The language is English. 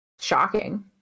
shocking